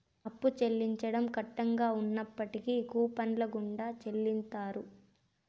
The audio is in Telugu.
అప్పు చెల్లించడం కట్టంగా ఉన్నప్పుడు కూపన్ల గుండా చెల్లిత్తారు